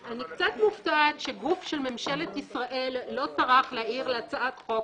אני קצת מופתעת שגוף של ממשלת ישראל לא טרח להעיר להצעת חוק